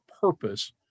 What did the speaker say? purpose